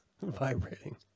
Vibrating